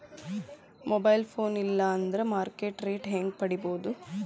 Mobile phone ಇಲ್ಲಾ ಅಂದ್ರ market rate ಹೆಂಗ್ ಪಡಿಬೋದು?